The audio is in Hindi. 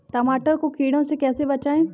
टमाटर को कीड़ों से कैसे बचाएँ?